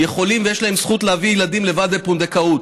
יכולים ויש להם זכות להביא ילדים לבד בפונדקאות,